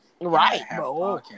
Right